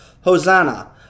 Hosanna